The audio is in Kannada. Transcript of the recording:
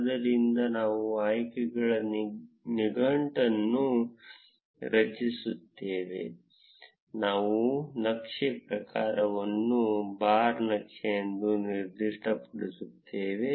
ಆದ್ದರಿಂದ ನಾವು ಆಯ್ಕೆಗಳ ನಿಘಂಟನ್ನು ರಚಿಸುತ್ತೇವೆ ನಾವು ನಕ್ಷೆ ಪ್ರಕಾರವನ್ನು ಬಾರ್ ನಕ್ಷೆ ಎಂದು ನಿರ್ದಿಷ್ಟಪಡಿಸುತ್ತೇವೆ